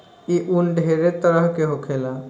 ई उन ढेरे तरह के होखेला